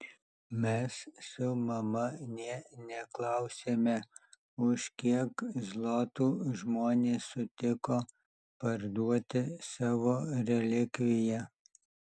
mes su mama nė neklausėme už kiek zlotų žmonės sutiko parduoti savo relikviją